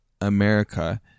America